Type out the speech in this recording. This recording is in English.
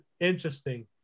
interesting